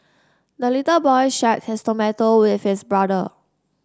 the little boy shared his tomato with his brother